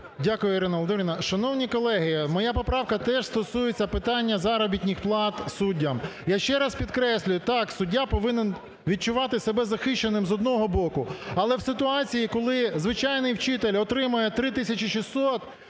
Дякую, Ірино Володимирівно. Шановні колеги, моя поправка теж стосується питання заробітних плат суддям. Я ще раз підкреслюю, так, суддя повинен відчувати себе захищеним, з одного боку, але в ситуації, коли звичайний вчитель отримує 3